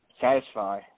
satisfy